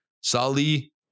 Sali